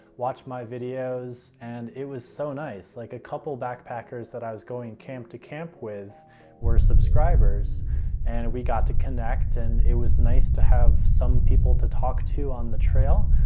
watch my videos and it was so nice, like a couple backpackers that i was going camp to camp with were subscribers and we got to connect, and it was nice to have some people to talk to on the trail,